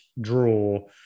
draw